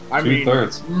Two-thirds